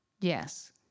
yes